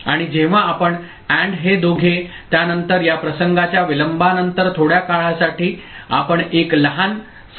आणि जेव्हा आपण AND हे दोघे त्यानंतर या प्रसंगाच्या विलंबानंतर थोड्या काळासाठी आपण एक लहान सकारात्मक नाडी पाहू शकता